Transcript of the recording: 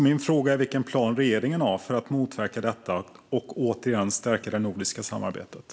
Min fråga är vilken plan regeringen har för att motverka detta och återigen stärka det nordiska samarbetet.